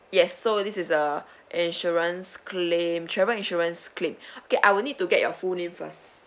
yes so this is uh insurance claim travel insurance claim okay I'll need to get your full name first